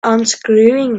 unscrewing